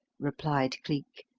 replied cleek.